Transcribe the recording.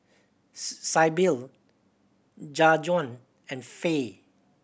Sybil Jajuan and Fae